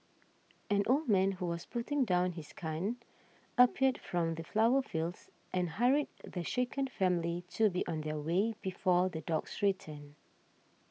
an old man who was putting down his gun appeared from the sunflower fields and hurried the shaken family to be on their way before the dogs return